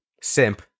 simp